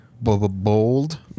bold